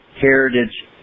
Heritage